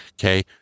okay